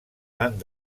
van